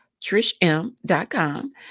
trishm.com